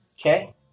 Okay